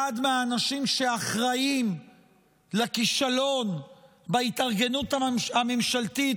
אחד מהאנשים שאחראים לכישלון בהתארגנות הממשלתית